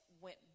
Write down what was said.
went